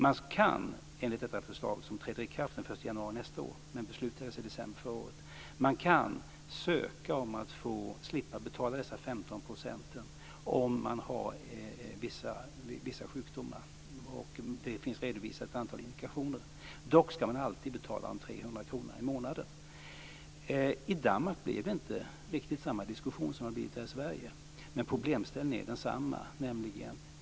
Man kan, enligt detta förslag som träder i kraft den 1 januari nästa år men beslutades i december förra året, ansöka om att få slippa betala dessa 15 % om man har vissa sjukdomar. Det finns ett antal indikationer redovisade. Dock skall man alltid betala de 300 kronorna i månaden. I Danmark blev det inte riktigt samma diskussion som det har blivit här i Sverige, men problemställningen är densamma.